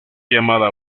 llamada